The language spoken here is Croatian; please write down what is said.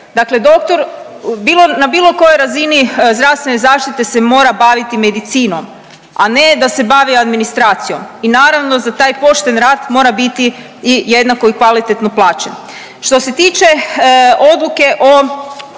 Dakle, doktor na bilo kojoj razini zdravstvene zaštite se mora baviti medicinom, a ne da se bavi administracijom i naravno za taj pošten rad mora biti i jednako i kvalitetno plaćen. Što se tiče odluke o